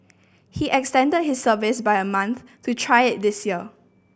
he extended his service by a month to try it this year